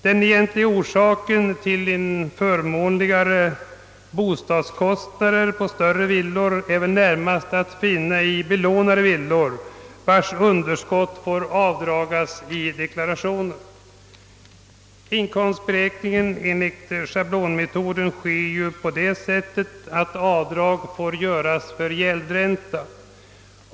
Den egentliga orsaken till de förmånligare bostadskostnaderna för större villor är väl närmast att finna i det faktum att villorna är belånade och att underskotten får avdragas i deklarationen. Vid inkomstberäkning enligt schablonmetoden får avdrag göras för gäldränta.